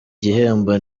gihembo